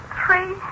three